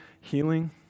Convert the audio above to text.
healing